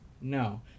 No